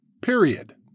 period